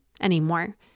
anymore